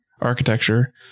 architecture